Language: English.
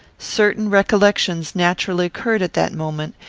certain recollections naturally occurred at that moment,